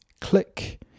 click